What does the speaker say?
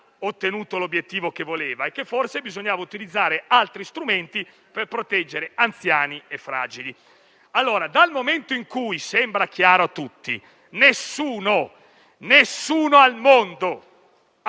ottenuto l'obiettivo che si prefiggeva e che forse bisognava utilizzare altri strumenti per proteggere anziani e fragili. Allora, dal momento in cui sembra chiaro a tutti che nessuno al mondo